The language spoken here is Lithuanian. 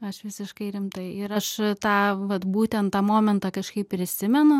aš visiškai rimtai ir aš tą vat būtent tą momentą kažkaip prisimenu